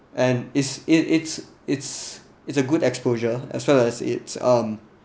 and is it it's it's it's a good exposure as well as it's um